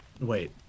Wait